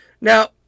Now